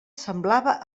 semblava